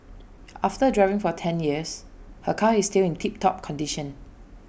after driving for ten years her car is still in tip top condition